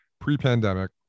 pre-pandemic